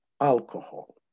alcohol